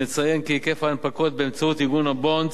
נציין כי היקף ההנפקות באמצעות ארגון "הבונדס"